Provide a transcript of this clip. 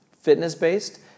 fitness-based